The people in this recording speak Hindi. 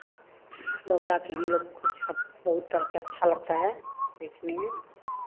बगुला के हम लोग को छाप बहुत तरह के अच्छा लगता है देखने में